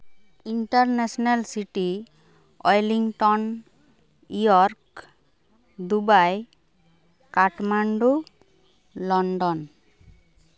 international city Wellington York Dubai Kathmandu London